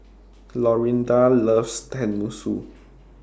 Lorinda loves Tenmusu